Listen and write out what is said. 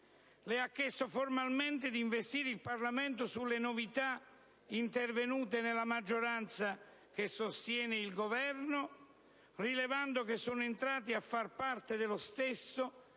le ha chiesto formalmente di investire il Parlamento delle novità intervenute nella maggioranza che sostiene il Governo, rilevando che sono entrati a far parte dello stesso